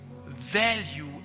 value